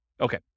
okay